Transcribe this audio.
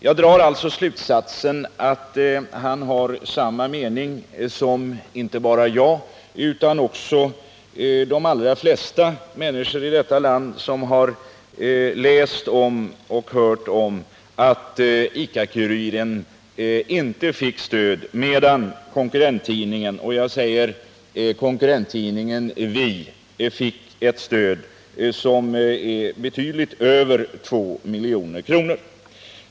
Jag drar alltså slutsatsen att han har samma mening som inte bara jag utan också de allra flesta andra människor i detta land som har läst och hört att ICA-Kuriren inte fick stöd medan konkurrenttidningen Vi fick ett stöd som är betydligt över 2 milj.kr.